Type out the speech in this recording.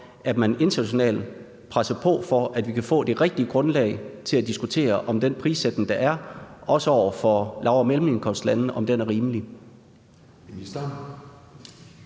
at man internationalt presser på for, at vi kan få det rigtige grundlag for at diskutere, om den prissætning, der er, også er rimelig over for lav- og mellemindkomstlandene. Kl.